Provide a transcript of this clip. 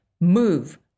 move